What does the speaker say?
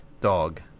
dog